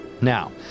Now